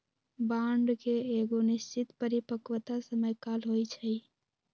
bond के एगो निश्चित परिपक्वता समय काल होइ छइ